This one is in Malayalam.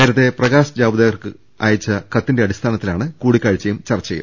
നേരത്തെ പ്രകാശ് ജാവ്ദേ ക്കർക്ക് അയച്ച കത്തിന്റെ അടിസ്ഥാനത്തിലാണ് കൂടി ക്കാഴ്ചയും ചർച്ചയും